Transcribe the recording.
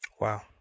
Wow